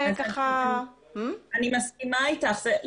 אני מסכימה איתך,